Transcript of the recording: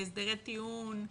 בהסדרי טיעון,